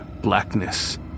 blackness